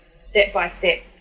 step-by-step